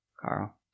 Carl